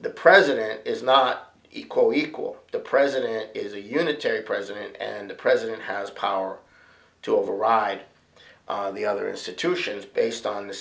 the president is not equal equal the president is a unitary president and the president has power to override the other institutions based on the